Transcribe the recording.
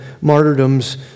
martyrdoms